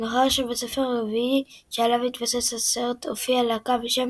מאחר שבספר הרביעי שעליו התבסס הסרט הופיעה להקה בשם